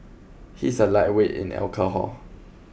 he is a lightweight in alcohol